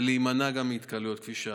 ולהימנע גם מהתקהלויות, כפי שאמרתי.